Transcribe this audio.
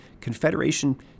Confederation